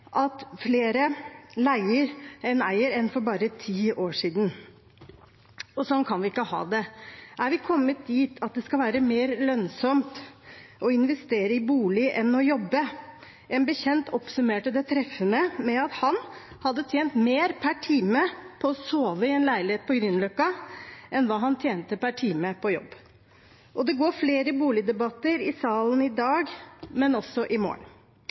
er flere som leier enn eier enn for bare ti år siden. Sånn kan vi ikke ha det. Er vi kommet dit at det skal være mer lønnsomt å investere i bolig enn å jobbe? En bekjent oppsummerte det treffende med at han hadde tjent mer per time på å sove i en leilighet på Grünerløkka enn hva han tjente per time på jobb. Det går flere boligdebatter i salen i dag og også i morgen.